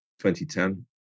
2010